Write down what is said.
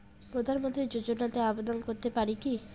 প্রধানমন্ত্রী যোজনাতে আবেদন করতে পারি কি?